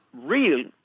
real